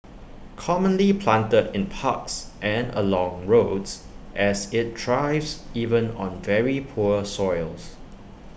commonly planted in parks and along roads as IT thrives even on very poor soils